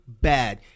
bad